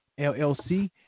LLC